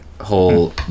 whole